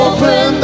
Open